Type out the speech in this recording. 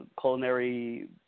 culinary